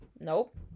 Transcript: Nope